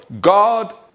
God